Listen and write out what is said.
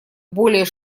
более